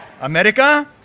America